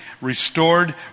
restored